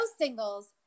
singles